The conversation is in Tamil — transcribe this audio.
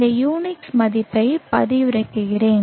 இந்த UNIX பதிப்பைப் பதிவிறக்குகிறேன்